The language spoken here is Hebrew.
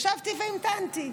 ישבתי והמתנתי.